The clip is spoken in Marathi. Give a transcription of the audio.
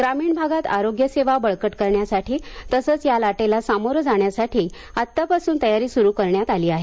ग्रामीण भागात आरोग्यसेवा बळकट करण्यासाठी तसेच या लाटेला सामोरे जाण्यासाठी आतापासून तयारी सुरू करण्यात आली आहे